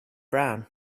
brown